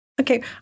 Okay